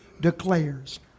declares